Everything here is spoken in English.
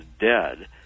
dead